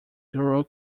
guru